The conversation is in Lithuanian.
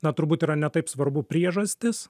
na turbūt yra ne taip svarbu priežastis